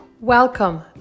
Welcome